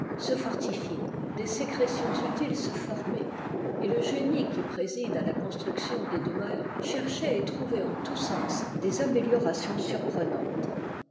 se fortifier des sécrétions utiles se former et le génie qui préside à la construction des demeures chercher et trouver en tous sens des améliorations surprenantes